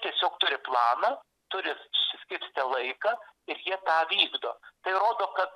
tiesiog turi planą turi suskirstę laiką ir jie tą vykdo tai rodo kad